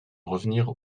revenir